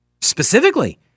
specifically